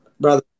brother